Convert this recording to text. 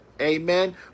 amen